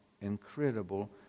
incredible